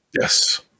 Yes